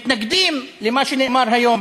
מתנגדים למה שנאמר היום